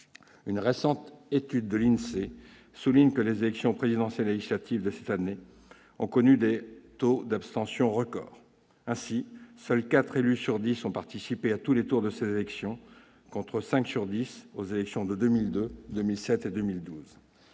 une récente étude de l'INSEE, les élections présidentielles et législatives de cette année ont connu des taux d'abstention records. Ainsi, seuls quatre inscrits sur dix ont participé à tous les tours de ces élections, contre cinq sur dix aux élections de 2002, de 2007 et de 2012.